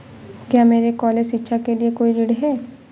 क्या मेरे कॉलेज शिक्षा के लिए कोई ऋण है?